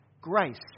grace